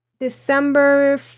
december